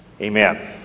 Amen